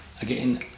Again